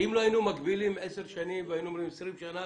אם לא היינו מגבילים ל-10 שנים והיינו אומרים 20 שנים,